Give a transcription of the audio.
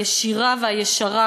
הישירה והישרה,